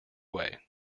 away